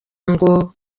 ngo